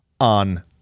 on